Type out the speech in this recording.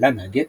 להלן הגטו,